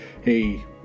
Hey